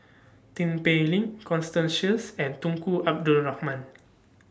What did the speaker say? Tin Pei Ling Constance Sheares and Tunku Abdul Rahman